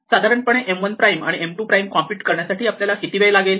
साधारणपणे M 1 prime आणि M 2 prime compute करण्यासाठी आपल्याला किती वेळ लागेल